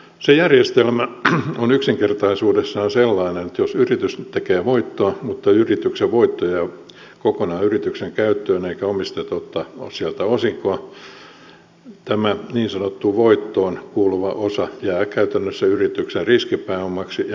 se järjestelmä on yksinkertaisuudessaan sellainen että jos yritys tekee voittoa mutta yrityksen voitto jää kokonaan yritykseen käyttöön eivätkä omistajat ota sieltä osinkoa tämä niin sanottu voittoon kuuluva osa jää käytännössä yrityksen riskipääomaksi ja myös käyttöpääomaksi